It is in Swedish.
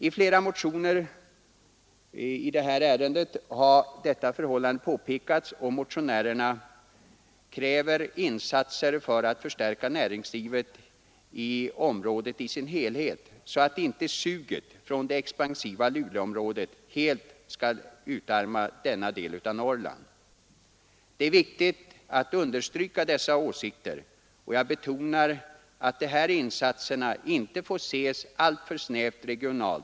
I flera motioner i anslutning till det här ärendet har detta förhållande påpekats, och motionärerna kräver insatser för att förstärka näringslivet i området i dess helhet så att inte suget från det expansiva Luleåområdet helt skall utarma denna del av Norrland. Det är viktigt att understryka dessa åsikter, och jag vill betona att insatserna inte får ses alltför snävt regionalt.